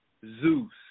Zeus